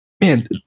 man